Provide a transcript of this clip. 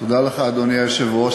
אדוני היושב-ראש,